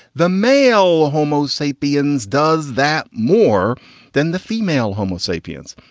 the male homo sapiens does that more than the female homo sapiens.